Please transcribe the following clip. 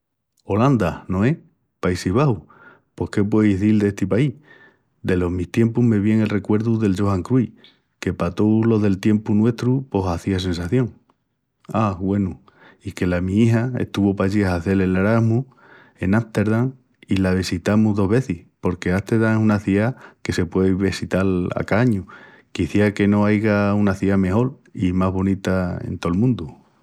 Olanda, no es? Pos qué pueu izil d'esti país. Delos mis tiempus me vien el recuerdu del Johan Cruyff que pa tous los del tiempu nuestru pos hazía sensación. Á, güenu i que la mi ija estuvu pallí a hazel el Erasmus, en Amsterdam i la vesitemus dos vezis porque Amsterdam es una ciá que se puei vesital a ca añu, quiciá que no aiga una ciá mejol i más bonita en tol mundu.